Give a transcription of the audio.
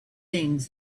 things